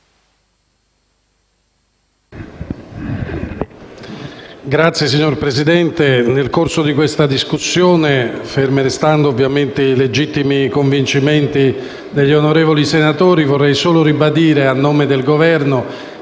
Signor Presidente, nel corso di questa discussione, fermi restando ovviamente i legittimi convincimenti degli onorevoli senatori, vorrei solo ribadire a nome del Governo